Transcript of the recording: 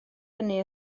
hynny